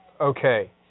Okay